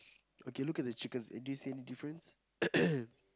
okay look at the chickens do you see any difference